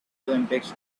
olympics